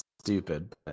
stupid